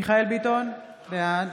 מיכאל מרדכי ביטון, בעד